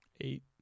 eight